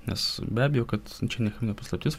nes be abejo kad čia niekam ne paslaptis